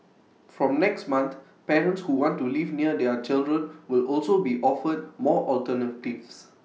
from next month parents who want to live near their children will also be offered more alternatives